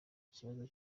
kibazo